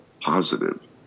positive